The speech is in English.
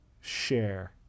Share